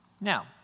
Now